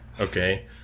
Okay